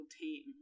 team